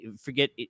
forget